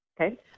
Okay